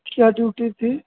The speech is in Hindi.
क्या ड्यूटी थी